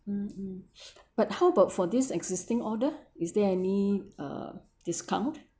mm mm but how about for this existing order is there any uh discount